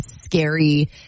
scary